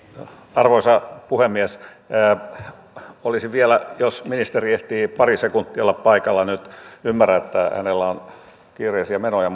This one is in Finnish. arvoisa puhemies olisin vielä kysynyt jos ministeri ehtii pari sekuntia olla paikalla nyt ymmärrän että hänellä on kiireisiä menoja